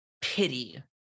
pity